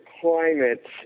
climate